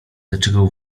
dlaczego